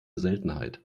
seltenheit